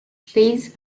plays